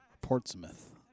Portsmouth